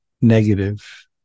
negative